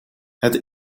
het